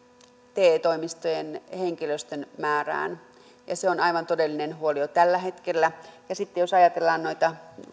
te toimistojen henkilöstön määrästä se on aivan todellinen huoli jo tällä hetkellä ja sitten jos ajatellaan noita